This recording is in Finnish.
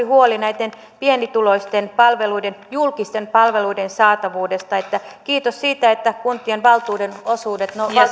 huoli näitten pienituloisten julkisten palveluiden saatavuudesta kiitos siitä että kuntien valtionosuudet